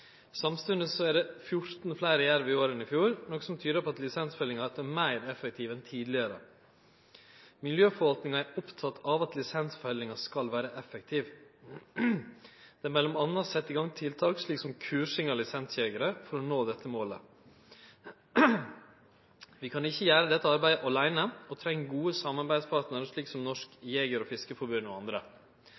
er dette 14 fleire jerv i år enn i fjor, noko som tyder på at lisensfellinga har vorte meir effektiv enn tidligare. Miljøforvaltninga er oppteken av at lisensfellinga skal vere effektiv. Det er m.a. sett i gang tiltak, slik som kursing av lisensjegerar, for å nå dette målet. Vi kan ikkje gjere dette arbeidet åleine, og treng gode samarbeidspartnarar slik som Norges Jeger- og Fiskerforbund og andre.